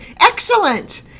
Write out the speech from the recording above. Excellent